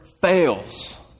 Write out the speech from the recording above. fails